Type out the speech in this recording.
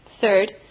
Third